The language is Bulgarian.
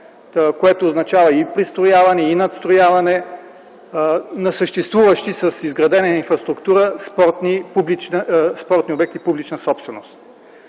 което означава и пристрояване, и надстрояване на съществуващи с изградена инфраструктура спортни обекти публична собственост.